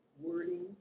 Wording